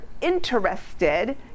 interested